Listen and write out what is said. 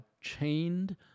chained